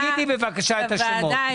תגידי בבקשה את השמות.